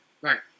Right